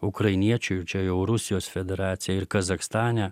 ukrainiečių ir čia jau rusijos federacija ir kazachstane